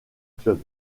club